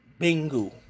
Bingo